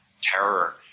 terror